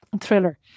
thriller